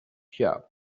job